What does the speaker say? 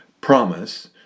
promise